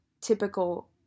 typical